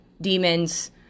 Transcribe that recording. demons